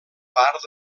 part